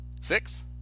six